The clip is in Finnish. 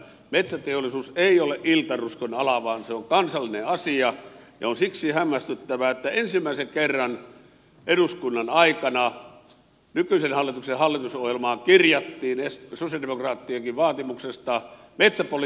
metsäteollisuus ei ole iltaruskon ala vaan se on kansallinen asia ja on siksi hämmästyttävää että ensimmäisen kerran eduskunnan aikana nykyisen hallituksen hallitusohjelmaan kirjattiin sosialidemokraattienkin vaatimuksesta metsäpoliittinen selonteko